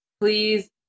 Please